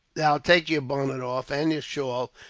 now take your bonnet off, and your shawl,